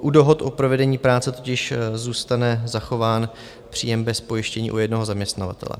U dohod o provedení práce totiž zůstane zachován příjem bez pojištění u jednoho zaměstnavatele.